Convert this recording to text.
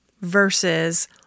versus